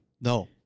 No